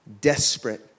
desperate